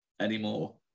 anymore